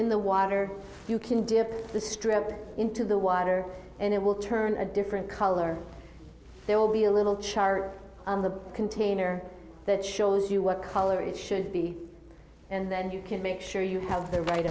in the water you can dip the strip into the water and it will turn a different color there will be a little chart on the container that shows you what color it should be and then you can make sure you have the right